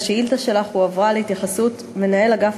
השאילתה שלך הועברה להתייחסות מנהל אגף